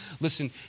Listen